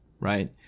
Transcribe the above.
right